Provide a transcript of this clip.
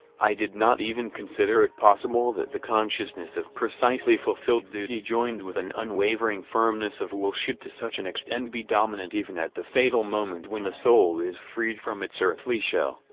i did not even consider it possible that the consciousness of precisely fulfilled duty joined with an unwavering firmness of will should to such an extent be dominant even at the fatal moment when the soul is freed from its earthly shell,